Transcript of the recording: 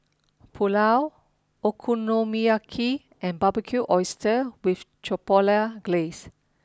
Pulao Okonomiyaki and Barbecued Oysters with Chipotle Glaze